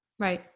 Right